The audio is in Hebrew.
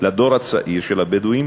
לדור הצעיר של הבדואים,